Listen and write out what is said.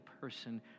person